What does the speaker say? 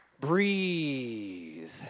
Breathe